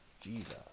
Jesus